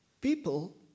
people